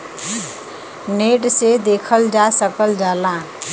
net से देखल जा सकल जाला